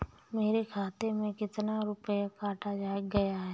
मेरे खाते से कितना रुपया काटा गया है?